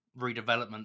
redevelopment